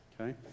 Okay